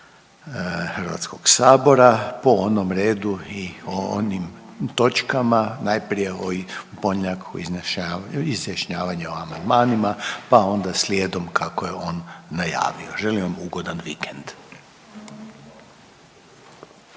predsjednik HS-a po onom redu i o onim točkama, najprije .../Govornik se ne razumije./... izjašnjavanju o amandmanima pa onda slijedom kako je on najavio. Želim vam ugodan vikend.